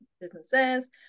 businesses